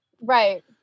Right